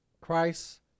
Christ